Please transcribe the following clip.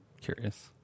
curious